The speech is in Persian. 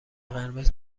قرمز